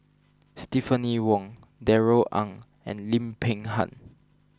Stephanie Wong Darrell Ang and Lim Peng Han